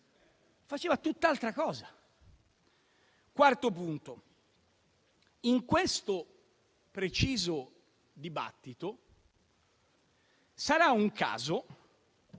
Faceva tutt'altra cosa. Quarto punto. In questo preciso dibattito sarà un caso,